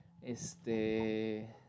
...este